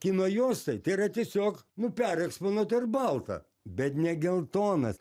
kino juostoj tai yra tiesiog nu pereksponuota ir balta bet ne geltonas